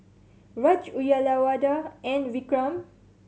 Raj Uyyalawada and Vikram